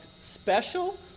special